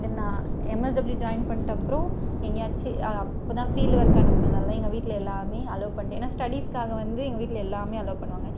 நான் MS W join பண்ணிட்ட அப்புறம் எங்கேயாச்சு அப்போதான் ஃபீல்டு ஒர்க் அனுப்பினதாலதான் எங்கள் வீட்டில் எல்லாம் அலோவ் பண்ணி ஏன்னா ஸ்டடீஸுக்காக வந்து எங்கள் வீட்டில் எல்லாம் அலோவ் பண்ணுவாங்க